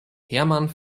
herman